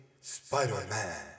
Spider-Man